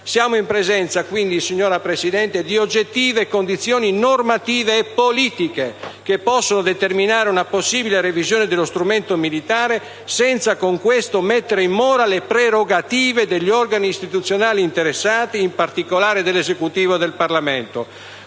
Siamo in presenza, quindi, signora Presidente, di oggettive condizioni normative e politiche che possono determinare una possibile revisione dello strumento militare, senza, con questo, mettere in mora le prerogative degli organi istituzionali interessati, in particolare dell'Esecutivo e del Parlamento.